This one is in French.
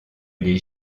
les